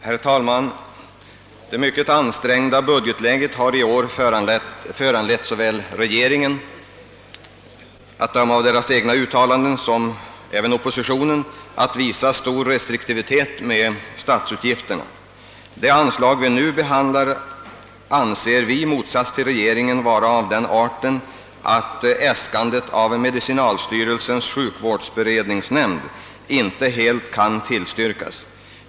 Herr talman! Det mycket ansträngda budgetläget har i år föranlett såväl regeringen, att döma av dess egna uttalanden, liksom oppositionen att iaktta stor restriktivitet när det gäller statsutgifterna. Det anslag vi nu behandlar anser vi i motsats till regeringen vara av den arten att äskandet av medicinalstyrelsens sjukvårdsberedningsnämnd inte helt kan tillstyrkas.